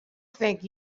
think